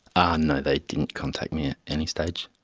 ah no, they didn't contact me at any stage.